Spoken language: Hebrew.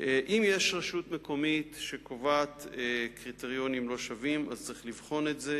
אם יש רשות מקומית שקובעת קריטריונים לא שווים אז צריך לבחון את זה.